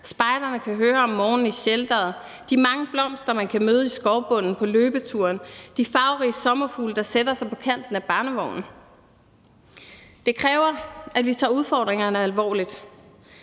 spejderne kan høre om morgenen i shelteret, de mange blomster, man kan møde i skovbunden på løbeturen, de farverige sommerfugle, der sætter sig på kanten af barnevognen, men det kræver, at vi tager udfordringerne alvorligt,